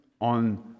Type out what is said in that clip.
on